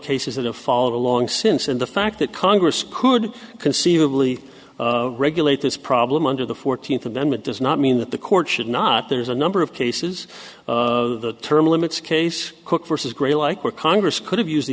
cases that have followed along since and the fact that congress could conceivably regulate this problem under the fourteenth amendment does not mean that the court should not there's a number of cases of the term limits case cook versus gray like where congress could have used the